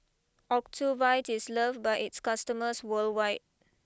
Ocuvite is loved by its customers worldwide